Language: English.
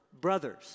brothers